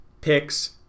picks